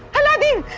aladdin